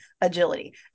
agility